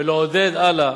ולעודד הלאה.